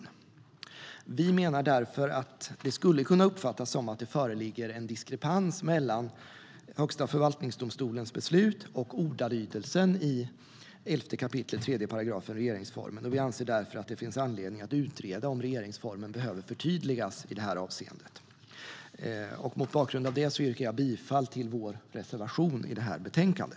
Mot bakgrund av detta yrkar jag bifall till vår reservation i detta betänkande.